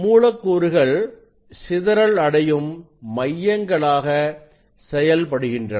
மூலக்கூறுகள் சிதறல் அடையும் மையங்களாக செயல்படுகின்றன